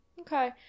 okay